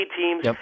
teams